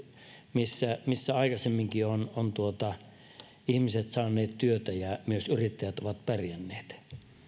missä missä aikaisemminkin ovat ihmiset saaneet työtä ja myös yrittäjät ovat pärjänneet